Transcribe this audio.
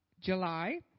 July